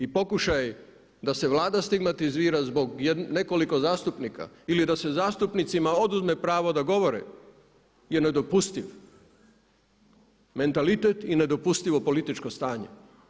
I pokušaj da se Vlada stigmatizira zbog nekoliko zastupnika ili da se zastupnicima oduzme pravo da govore je nedopustivo, mentalitet i nedopustivo političko stanje.